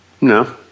No